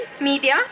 media